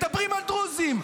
מדברים על דרוזים,